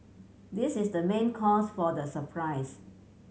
this is the main cause for the surprise